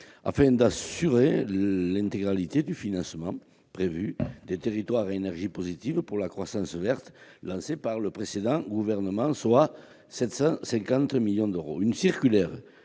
afin d'assurer l'intégralité du financement des territoires à énergie positive pour la croissance verte prévu par le précédent gouvernement, soit 750 millions d'euros. Une circulaire